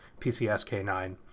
PCSK9